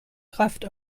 kraft